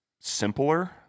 simpler